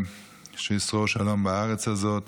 שישרור שלום בארץ הזאת.